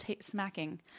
smacking